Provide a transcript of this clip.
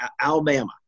Alabama